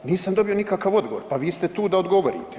Nisam dobio nikakav odgovor, pa vi ste tu da odgovorite.